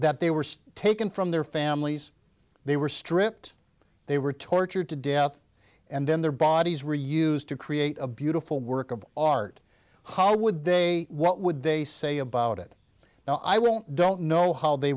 that they were still taken from their families they were stripped they were tortured to death and then their bodies were used to create a beautiful work of art how would they what would they say about it now i won't don't know how they